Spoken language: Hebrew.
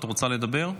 את רוצה לדבר?